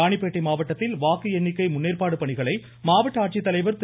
ராணிப்பேட்டை மாவட்டத்தில் வாக்கு எண்ணிக்கை முன்னேற்பாட்டு பணிகளை மாவட்ட ஆட்சித்தலைவர் திரு